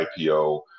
IPO